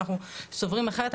אנחנו סוברים אחרת.